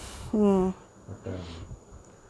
attend